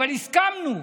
אבל הסכמנו.